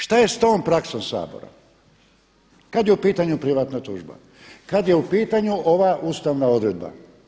Šta je s tom praksom Sabora kada je u pitanju privatna tužba, kada je u pitanju ova ustavna odredba?